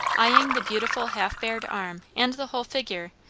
eyeing the beautiful half-bared arm and the whole figure,